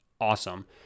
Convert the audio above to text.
awesome